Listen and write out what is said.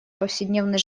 повседневной